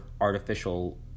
artificial